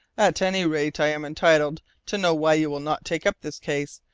at any rate, i am entitled to know why you will not take up this case.